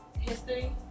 history